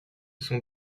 sont